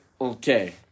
Okay